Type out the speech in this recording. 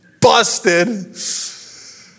Busted